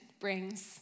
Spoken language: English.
brings